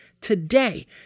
today